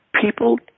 People